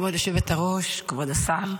גברתי היושבת-ראש, כבוד השר,